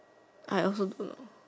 I also don't know